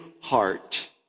heart